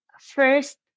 first